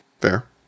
Fair